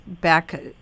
back